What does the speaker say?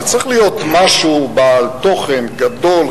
זה צריך להיות משהו בעל תוכן גדול,